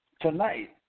Tonight